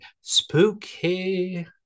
spooky